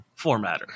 formatter